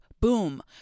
Boom